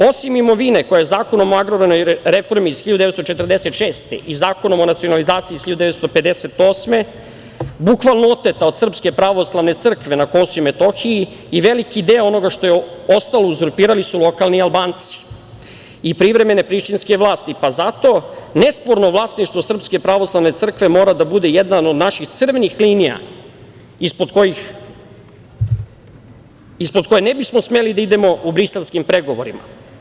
Osim imovine koja je Zakonom o agrarnoj reformi iz 1946. godine i Zakonom o nacionalizaciji iz 1958. godine bukvalno oteta od Srpske pravoslavne crkve na Kosovu i Metohiji, i veliki deo onoga što je ostao uzurpirali su lokalni Albanci i privremene prištinske vlasti, pa zato nesporno vlasništvo Srpske pravoslavne crkve mora da bude jedna od naših crvenih linija ispod kojih ne bismo smeli da idemo u briselskim pregovorima.